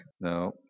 Now